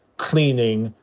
cleaning,